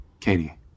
Katie